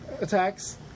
attacks